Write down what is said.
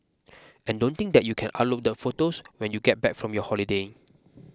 and don't think that you can upload the photos when you get back from your holiday